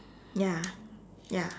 ya ya